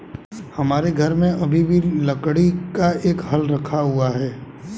हमारे घर में अभी भी लकड़ी का एक हल रखा हुआ है